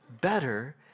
better